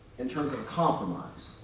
in terms of compromise.